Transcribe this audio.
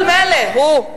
אבל מילא, הוא.